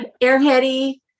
airheady